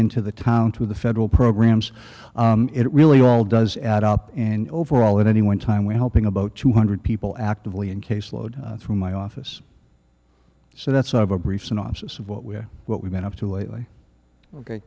into the town to the federal programs it really all does add up and overall at any one time we're helping about two hundred people actively in caseload through my office so that's sort of a brief synopsis of what we're what we've been up to lately ok